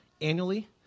annually